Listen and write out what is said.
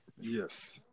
Yes